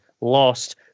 lost